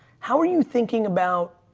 how are you thinking about,